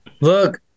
Look